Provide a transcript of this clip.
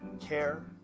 care